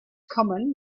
common